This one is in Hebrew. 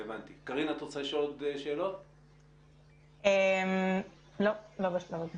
את הדרך הכי נוחה לדווח לנו כדי לצמצם את